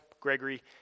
Gregory